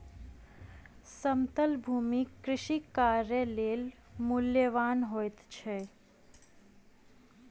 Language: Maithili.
समतल भूमि कृषि कार्य लेल मूल्यवान होइत अछि